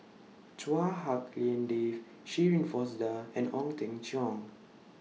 Chua Hak Lien Dave Shirin Fozdar and Ong Teng Cheong